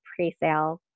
presale